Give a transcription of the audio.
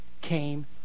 came